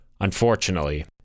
Unfortunately